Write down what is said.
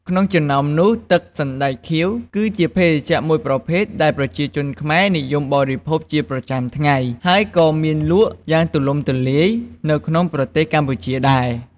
ក្នុងចំណោមនោះ ទឹកសណ្ដែកខៀវ គឺជាភេសជ្ជៈមួយប្រភេទដែលប្រជាជនខ្មែរនិយមបរិភោគជាប្រចាំថ្ងៃ ហើយក៏មានលក់យ៉ាងទូលំទូលាយនៅក្នុងប្រទេសកម្ពុជាដែរ។